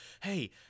hey